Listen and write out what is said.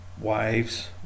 wives